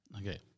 Okay